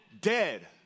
dead